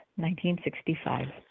1965